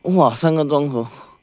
哇三个钟头